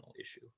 issue